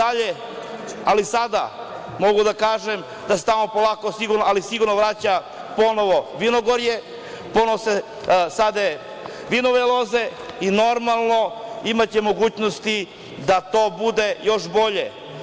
Sada mogu da kažem da se tamo polako, ali sigurno vraća ponovo vinogorje, ponovo se sade vinove loze i biće mogućnosti da to bude još bolje.